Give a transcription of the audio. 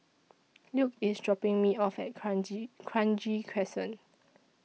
Luke IS dropping Me off At Kranji Kranji Crescent